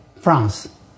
France